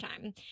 time